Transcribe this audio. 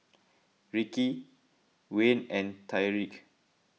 Ricki Wayne and Tyrique